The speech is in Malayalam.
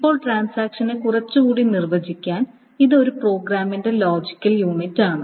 ഇപ്പോൾ ട്രാൻസാക്ഷനെ കുറച്ചുകൂടി നിർവ്വചിക്കാൻ ഇത് ഒരു പ്രോഗ്രാമിന്റെ ലോജിക്കൽ യൂണിറ്റാണ്